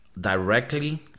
directly